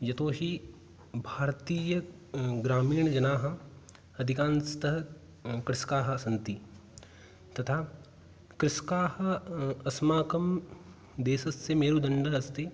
यतोहि भारतीय ग्रामीणजनाः अधिकांशतः कृषकाः सन्ति तथा कृषकाः अस्माकं देशस्य मेरुदण्डः अस्ति